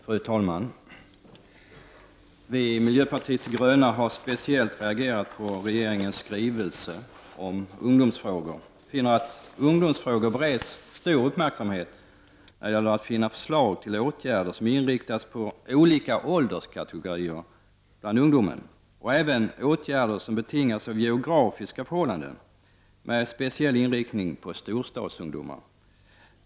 Fru talman! Vi i miljöpartiet de gröna har speciellt reagerat på regeringens skrivelse om ungdomsfrågan. Vi finner att ungdomsfrågor bereds stor uppmärksamhet när det gäller att finna förslag till åtgärder som är inriktade på olika ålderskategorier bland ungdomen och åtgärder som är betingade av geografiska förhållanden med speciell inriktning på storstadsungdomar.